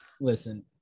Listen